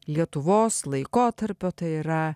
lietuvos laikotarpio tai yra